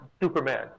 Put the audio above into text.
Superman